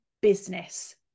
business